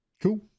Cool